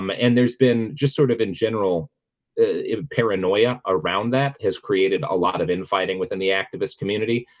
um and there's been just sort of in general ah paranoia around that has created a lot of infighting within the activist community